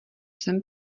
jsem